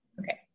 Okay